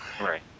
Right